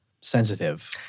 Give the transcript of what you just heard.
sensitive